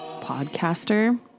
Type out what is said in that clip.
podcaster